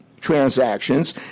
transactions